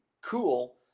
cool